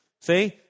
See